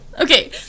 Okay